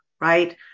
right